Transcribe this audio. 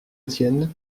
tienne